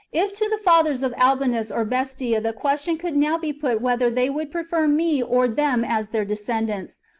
if to the fathers of albinus or bestia the question could now be put whether they would prefer me or them as their descendants,